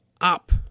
up